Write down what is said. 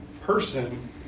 person